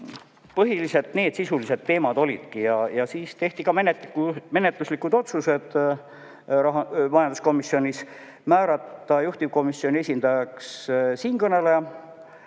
Põhiliselt need sisulised teemad olidki. Siis tehti ka menetluslikud otsused majanduskomisjonis: määrata juhtivkomisjoni esindajaks siinkõneleja,